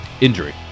injury